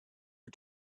for